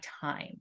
time